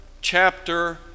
chapter